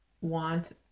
want